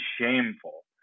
shameful